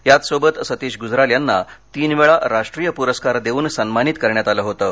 याचसोबत सतीश गुजराल यांना तीनवेळा राष्ट्रीय पुरस्कार देऊन सन्मानित करण्यात आलं होतं